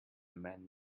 man